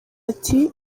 ati